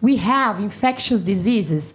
we have infectious diseases